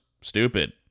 stupid